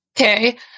Okay